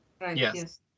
yes